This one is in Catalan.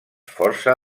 força